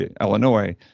Illinois